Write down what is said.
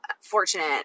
fortunate